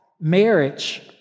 marriage